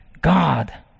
God